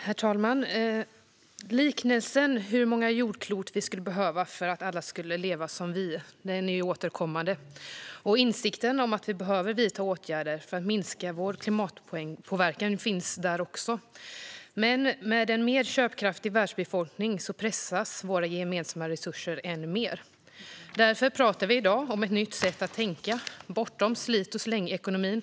Herr talman! Liknelsen om hur många jordklot vi skulle behöva för att alla skulle kunna leva som vi är återkommande. Insikten om att vi behöver vidta åtgärder för att minska vår klimatpåverkan finns där också. Men med en mer köpkraftig världsbefolkning pressas våra gemensamma resurser än mer. Därför pratar vi i dag om ett nytt sätt att tänka, bortom slit och slängekonomin.